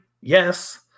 yes